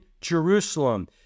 Jerusalem